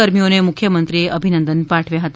કર્મીઓને મુખ્યમંત્રીએ અભિનંદન પાઠવ્યા હતા